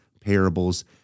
parables